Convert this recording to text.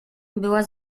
była